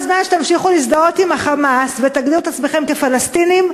כל זמן שתמשיכו להזדהות עם ה"חמאס" ותגדירו את עצמכם כפלסטינים,